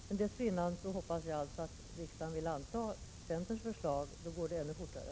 Men dessförinnan hoppas jag att riksdagen antar centerns förslag. Då går det ännu fortare.